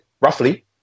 roughly